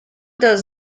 does